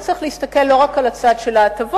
צריך להסתכל לא רק על הצד של ההטבות,